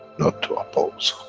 not to oppose,